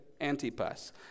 Antipas